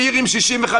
עיר עם 65,000 תושבים.